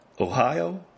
Ohio